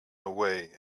away